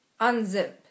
Unzip